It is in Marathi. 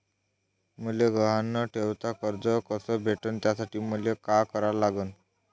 मले गहान न ठेवता कर्ज कस भेटन त्यासाठी मले का करा लागन?